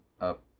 up